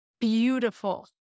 beautiful